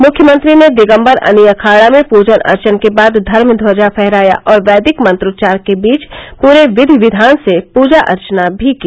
मुख्यमंत्री ने दिगम्बर अनी अखाड़ा में पूजन अर्चन के बाद धर्म ध्वजा फहराया और वैदिक मंत्रोच्चार के बीच पूरे विधि विधान से पूजा अर्चना भी की